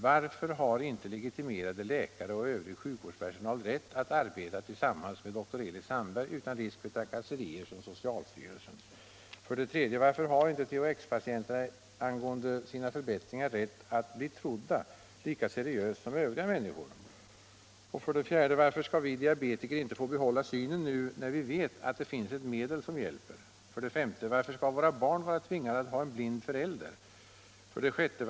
Varför har inte legitimerade läkare och övrig sjukvårdspersonal rätt att arbeta tillsammans med doktor Elis Sandberg utan risk för trakasserier från socialstyrelsen? 3. Varför har inte THX-patienterna — angående sina förbättringar — rätt att bli trodda lika seriöst som övriga människor? 4. Varför skall vi diabetiker inte få behålla synen nu när vi vet att det finns ett medel som hjälper? 5. Varför skall våra barn vara tvingade att ha en blind förälder? 6.